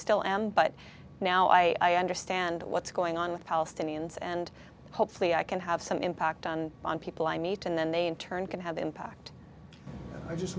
still am but now i understand what's going on with palestinians and hopefully i can have some impact on on people i meet and then they in turn can have impact i just